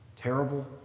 terrible